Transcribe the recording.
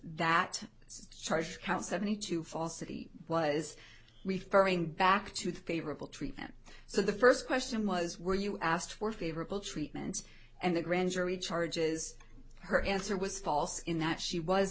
that count seventy two falsity was referring back to the favorable treatment so the first question was were you asked for favorable treatment and the grand jury charges her answer was false in that she was